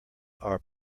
are